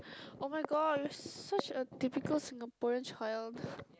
oh-my-god you're such a typical Singaporean child